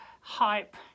hype